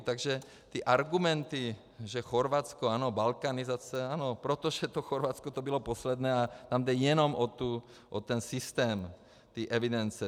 Takže ty argumenty, že Chorvatsko, ano, balkanizace, ano, protože to Chorvatsko bylo poslední a tam jde jenom o ten systém evidence.